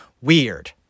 weird